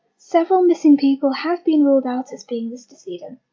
several missing people have been ruled out as being this decedent.